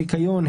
זיכיון,